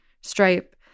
Stripe